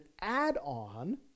add-on